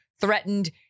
threatened